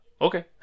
okay